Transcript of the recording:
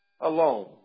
alone